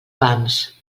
pams